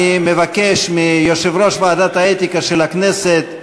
אני מבקש מיושב-ראש ועדת האתיקה של הכנסת,